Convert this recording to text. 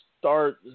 start